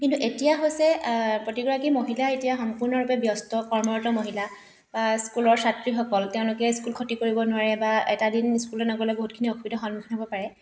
কিন্তু এতিয়া হৈছে প্ৰতিগৰাকী মহিলাই এতিয়া সম্পূৰ্ণৰূপে ব্যস্ত কৰ্মৰত মহিলা বা স্কুলৰ ছাত্ৰীসকল তেওঁলোকে স্কুল ক্ষতি কৰিব নোৱাৰে বা এটা দিন স্কুললৈ নগ'লে বহুতখিনি অসুবিধাৰ সন্মুখীন হ'ব পাৰে